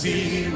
See